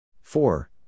four